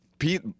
Pete